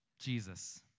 Jesus